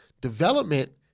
Development